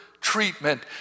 treatment